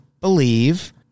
believe